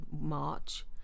march